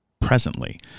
presently